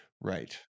Right